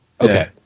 Okay